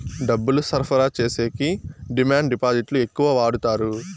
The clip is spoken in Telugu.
డబ్బులు సరఫరా చేసేకి డిమాండ్ డిపాజిట్లు ఎక్కువ వాడుతారు